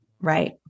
Right